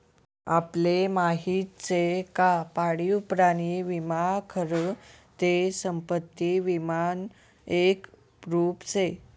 आपले माहिती शे का पाळीव प्राणी विमा खरं ते संपत्ती विमानं एक रुप शे